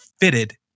fitted